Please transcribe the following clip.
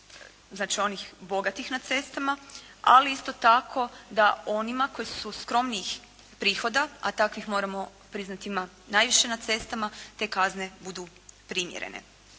znači onih bogatih na cestama ali isto tako da onima koji su skromnijih prihoda, a takvih moramo priznati ima najviše na cestama te kazne budu primjerene.